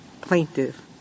plaintiff